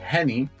Henny